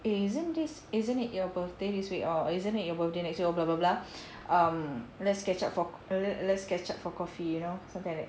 eh isn't this isn't it your birthday this week or isn't it your birthday next week or blah blah blah um let's catch up for let's catch up for coffee you know something like that